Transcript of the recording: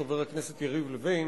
חבר הכנסת יריב לוין,